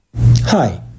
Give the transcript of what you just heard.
Hi